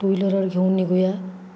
to व्हीलरवर घेऊन निघूया